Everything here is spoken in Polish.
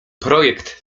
projekt